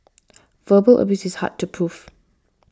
verbal abuse is hard to proof